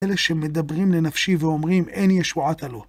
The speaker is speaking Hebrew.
אלה שמדברים לנפשי ואומרים, אין ישועתה לו.